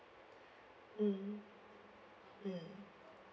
mm mm